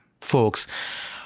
folks